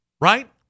right